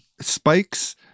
Spikes